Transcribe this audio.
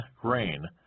grain